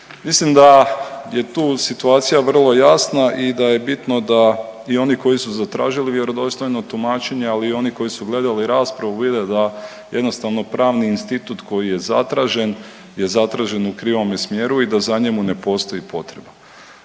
Mislim da je tu situacija vrlo jasna i da je bitno da i oni koji su zatražili vjerodostojno tumačenje, ali i oni koji su gledali raspravu, vide da jednostavno pravni institut koji je zatražen je zatražen u krivome smjeru i da za njemu ne postoji potreba.